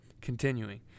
continuing